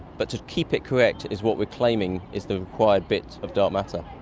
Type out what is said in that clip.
but to keep it correct is what we're claiming is the required bit of dark matter.